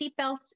seatbelts